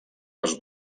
les